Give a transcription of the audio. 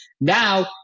Now